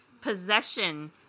Possession